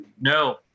No